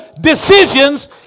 decisions